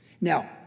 Now